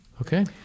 okay